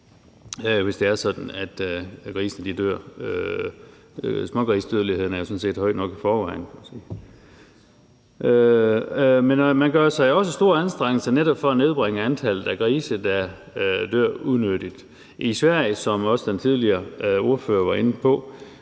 et stort problem, hvis grisene dør. Smågrisedødeligheden er jo sådan set høj nok i forvejen. Man gør sig også store anstrengelser netop for at nedbringe antallet af grise, der dør unødigt. I Sverige er smågrisedødeligheden – som også den tidligere ordfører var inde på